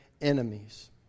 enemies